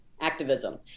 activism